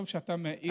טוב שאתה מעיר,